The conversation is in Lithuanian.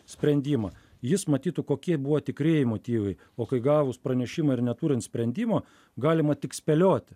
sprendimą jis matytų kokie buvo tikrieji motyvai o kai gavus pranešimą ir neturint sprendimo galima tik spėlioti